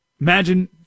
imagine